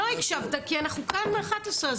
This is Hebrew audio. הפנים): אתה לא הקשבת כי אנחנו כאן משעה 11,